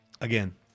again